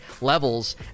levels